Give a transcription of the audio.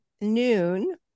noon